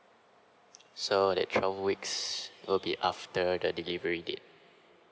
so that twelve weeks would be after the delivery date